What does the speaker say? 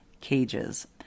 Cages